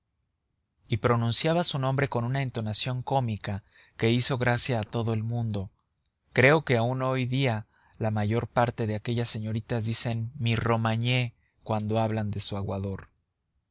y pronunciaba su nombre con una entonación cómica que hizo gracia a todo el mundo creo que aun hoy día la mayor parte de aquellas señoritas dicen mi romagné cuando hablan de su aguador